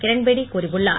கிரண்பேடி கூறியுள்ளார்